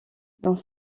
dans